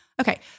Okay